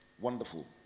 Wonderful